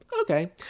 okay